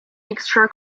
extra